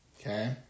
okay